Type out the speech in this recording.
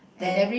then